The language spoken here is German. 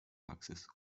praxis